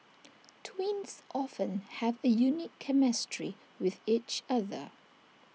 twins often have A unique chemistry with each other